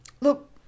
Look